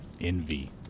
Envy